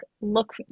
look